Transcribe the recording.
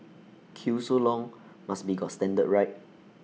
queue so long must be got standard right